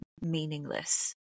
meaningless